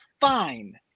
fine